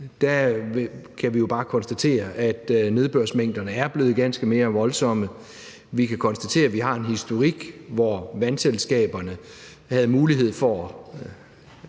kan vi jo bare konstatere, at nedbørsmængderne er blevet ganske meget mere voldsomme. Vi kan konstatere, at vi har en historik, hvor vandselskaberne havde mulighed for